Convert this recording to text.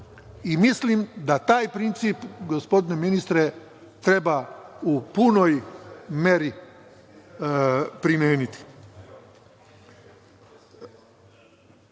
Mislim da taj princip, gospodine ministre, treba u punoj meri primeniti. Mislim,